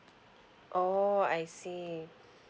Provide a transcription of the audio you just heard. oo I see